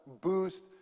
boost